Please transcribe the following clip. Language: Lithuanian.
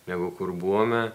negu kur buvome